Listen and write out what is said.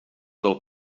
del